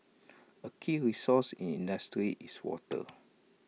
A key resource in industry is water